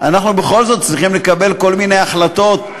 אנחנו בכל זאת צריכים לקבל כל מיני החלטות.